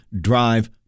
drive